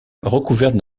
recouverte